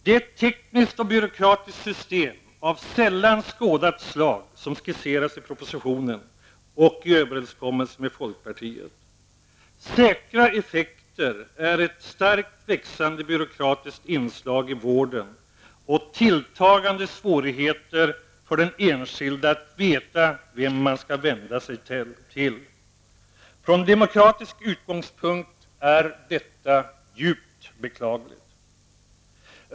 Det är ett tekniskt och byråkratiskt system av sällan skådat slag som skisseras i propositionen och i överenskommelsen med folkpartiet. Säkra effekter är ett starkt växande byråkratiskt inslag i vården och tilltagande svårigheter för den enskilde att veta vem man ska vända sig till. Från demokratisk utgångspunkt är detta djupt beklagligt.